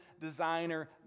designer